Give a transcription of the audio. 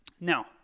Now